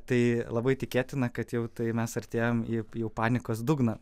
tai labai tikėtina kad jau tai mes artėjam į jau jau panikos dugną